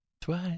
twice